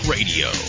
Radio